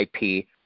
IP